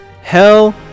hell